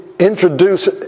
Introduce